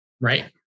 Right